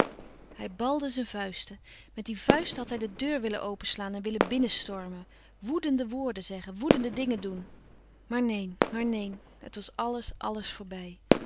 hij balde zijn vuisten met die vuisten had hij de deur willen openslaan en willen binnen stormen woedende woorden zeggen woedende dingen doen maar neen maar neen het was alles alles voorbij